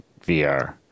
vr